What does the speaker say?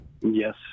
Yes